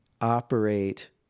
operate